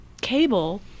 cable